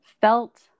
felt